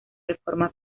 reforma